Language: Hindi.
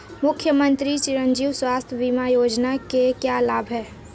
मुख्यमंत्री चिरंजी स्वास्थ्य बीमा योजना के क्या लाभ हैं?